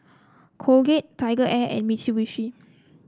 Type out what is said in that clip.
Colgate TigerAir and Mitsubishi